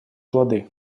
плоды